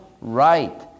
right